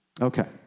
Okay